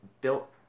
built